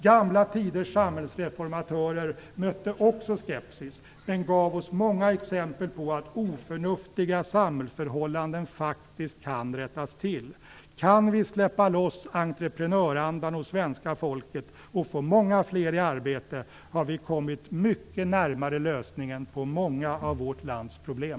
Gamla tiders samhällsreformatörer mötte också skepsis men gav oss många exempel på att oförnuftiga samhällsförhållanden faktiskt kan rättas till. Kan vi släppa loss entreprenörsandan hos svenska folket och få många fler i arbete har vi kommit mycket närmare lösningen på många av vårt lands problem.